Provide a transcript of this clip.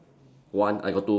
one I got two